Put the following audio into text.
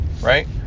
right